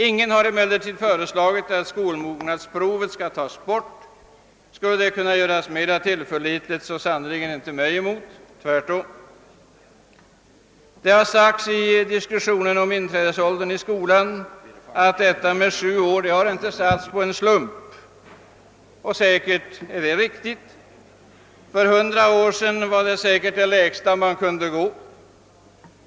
Ingen har emellertid föreslagit att skolmognadsprovet skall tas bort. Skulle det kunna göras mera tillförlitligt, så sannerligen inte mig emot, tvärtom. Det har i diskussionen om inträdesåldern i skolan sagts att sjuårsgränsen inte har valts av en slump. Säkert är detta riktigt. För hundra år sedan kunde man nog inte gå längre ned i ålder.